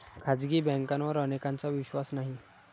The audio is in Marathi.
खाजगी बँकांवर अनेकांचा विश्वास नाही